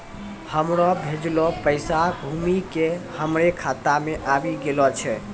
हमरो भेजलो पैसा घुमि के हमरे खाता मे आबि गेलो छै